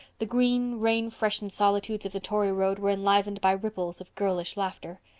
the green, rain-freshened solitudes of the tory road were enlivened by ripples of girlish laughter.